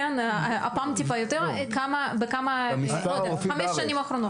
הפעם טיפה יותר בכמה גדלו בחמש השנים האחרונות?